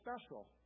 special